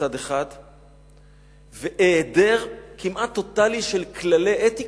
מצד אחד והעדר כמעט טוטלי של כללי אתיקה,